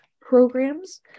programs